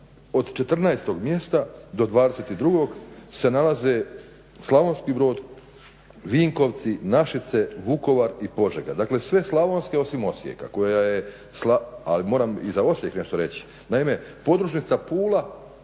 od 14 mjesta do 22 se nalaze Slavonski Brod, Vinkovci, Našice, Vukovar i Požega, dakle sve slavonske osim Osijeka koja je al moram i za Osijek nešto reći. Naime podružnica Pula